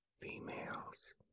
Females